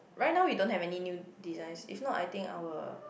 right now we don't have any new designs if not I think I will